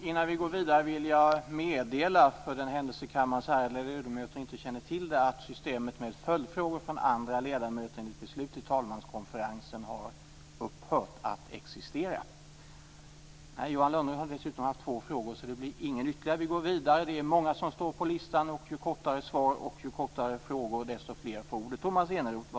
Innan vi går vidare vill jag meddela, för den händelse kammarens ärade ledamöter inte känner till det, att systemet med följdfrågor från andra ledamöter enligt ett beslut i talmanskonferensen har upphört att existera.